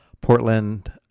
Portland